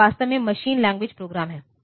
तो यह वास्तव में मशीन लैंग्वेज प्रोग्राम है